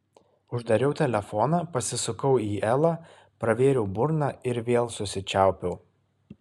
uždariau telefoną pasisukau į elą pravėriau burną ir vėl susičiaupiau